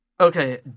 Okay